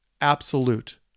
absolute